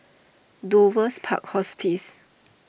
Dover's Park Hospice